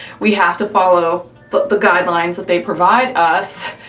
we have to follow but the guidelines that they provide us,